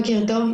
בוקר טוב,